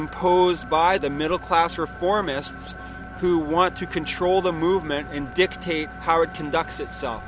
imposed by the middle class reformists who want to control the movement and dictate how it conducts itself